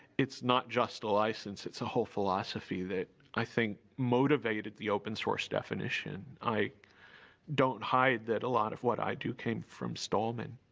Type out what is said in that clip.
it's not just a license. it's a whole philosophy that, i think, motivated the open source definition. i don't hide that a lot of what i do came from stallman.